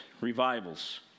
revivals